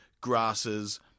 grasses